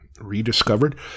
rediscovered